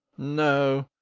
no,